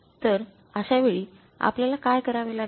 तर अश्या वेळी आपल्याला काय करावे लागेल